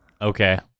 Okay